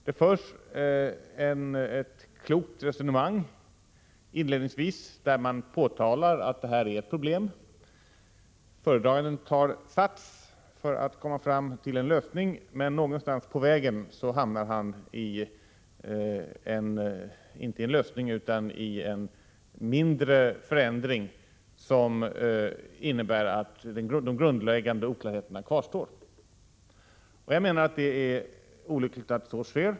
Det förs inledningsvis ett klokt resonemang, där det framhålls att det här är ett problem. Föredraganden tar sats för att komma fram till en lösning, men någonstans på vägen hamnar han inte i en lösning utan i en mindre förändring som innebär att de grundläggande oklarheterna kvarstår. Det är olyckligt att så sker.